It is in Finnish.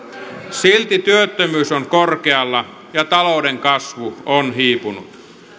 silti työttömyys on korkealla ja talouden kasvu on hiipunut